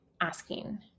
asking